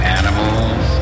animals